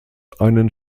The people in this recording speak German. einen